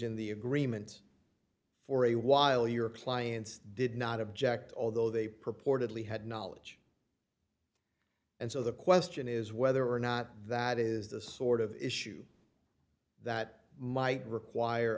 in the agreements for a while your clients did not object although they purportedly had knowledge and so the question is whether or not that is the sort of issue that might require